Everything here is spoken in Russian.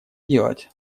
делать